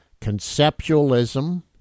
Conceptualism